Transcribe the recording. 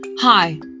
Hi